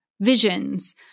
visions